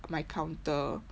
my counter